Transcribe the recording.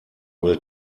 will